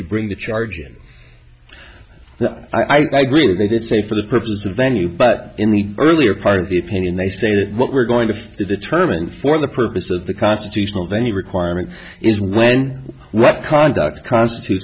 you bring the charges i grew they did say for the purpose of venue but in the earlier part of the opinion they say that what we're going to determine for the purpose of the constitutional the only requirement is when what conduct constitute